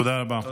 תודה רבה.